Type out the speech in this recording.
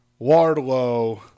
Wardlow